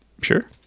Sure